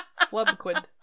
Flubquid